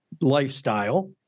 lifestyle